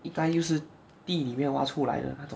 应该又是地里面挖出来的那种